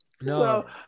no